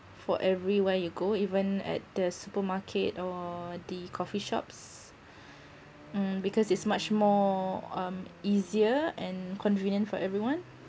for everywhere you go even at the supermarket or the coffee shops mm because it's much more um easier and convenient for everyone